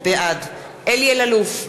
בעד אלי אלאלוף,